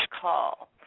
call